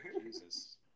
Jesus